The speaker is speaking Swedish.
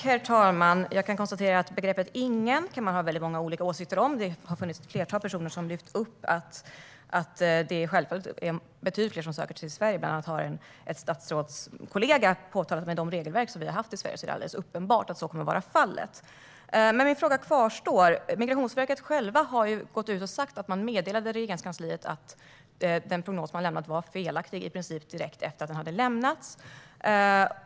Herr talman! Jag kan konstatera att man kan ha många olika åsikter om begreppet "ingen". Ett flertal personer har lyft upp att det självfallet är betydligt fler som söker sig till Sverige; bland annat har en statsrådskollega påpekat att detta alldeles uppenbart kommer att vara fallet i och med de regelverk vi har haft i Sverige. Min fråga kvarstår dock. Migrationsverket har självt gått ut och sagt att man meddelade Regeringskansliet att den prognos man lämnade var felaktig, i princip direkt efter att den hade lämnats.